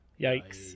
Yikes